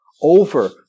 over